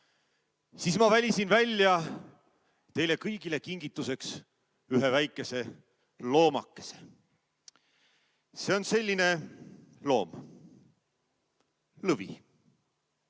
siis ma valisin teile kõigile kingituseks ühe väikese loomakese. See on selline loom: lõvi.